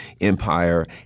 empire